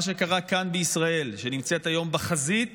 מה שקרה כאן בישראל, שנמצאת היום בחזית